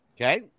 Okay